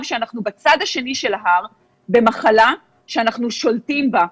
שאנחנו בצד השני של ההר במחלה שאנחנו שולטים בה.